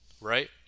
right